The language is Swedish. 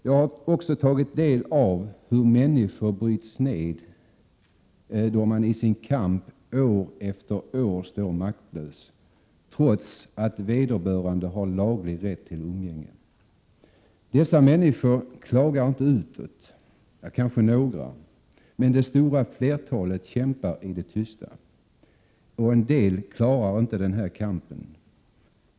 Jag har också tagit del av hur människor som står maktlösa i sin kamp år efter år bryts ned, trots att de har laglig rätt till umgänge. Dessa människor klagar inte utåt. Några kanske gör det, men det stora flertalet kämpar i det tysta. En del klarar inte denna kamp.